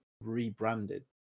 rebranded